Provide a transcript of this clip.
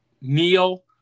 Neil